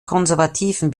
konservativen